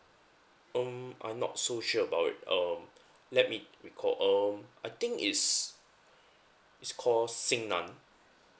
um I'm not so sure about it um let me recall um I think it's it's call xingnan